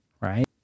right